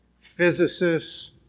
physicists